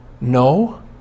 no